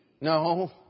No